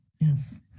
Yes